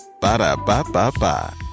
Ba-da-ba-ba-ba